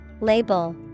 Label